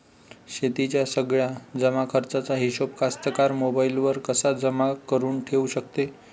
शेतीच्या सगळ्या जमाखर्चाचा हिशोब कास्तकार मोबाईलवर कसा जमा करुन ठेऊ शकते?